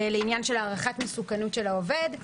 לעניין של הערכת מסוכנות של העובד.